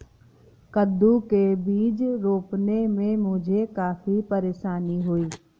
कद्दू के बीज रोपने में मुझे काफी परेशानी हुई